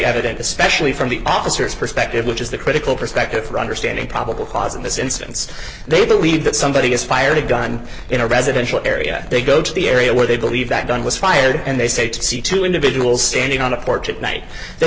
evident especially from the officers perspective which is the critical perspective for understanding probable cause in this instance they believe that somebody has fired a gun in a residential area they go to the area where they believe that gun was fired and they say to see two individuals standing on a porch at night they